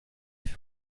fut